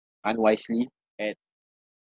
unwisely at